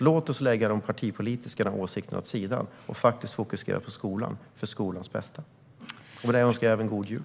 Låt oss lägga de partipolitiska åsikterna åt sidan och faktiskt fokusera på skolan för skolans bästa. Jag önskar er en god jul.